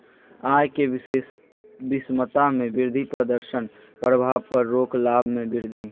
आय के विषमता में वृद्धि प्रदर्शन प्रभाव पर रोक लाभ में वृद्धि